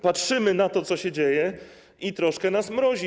Patrzymy na to, co się dzieje, i troszkę nas mrozi.